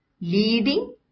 leading